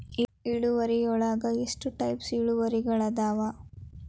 ಇಳುವರಿಯೊಳಗ ಎಷ್ಟ ಟೈಪ್ಸ್ ಇಳುವರಿಗಳಾದವ